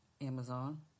Amazon